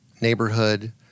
neighborhood